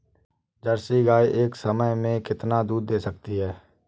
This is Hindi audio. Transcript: जर्सी गाय एक समय में कितना दूध दे सकती है?